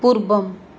पूर्वम्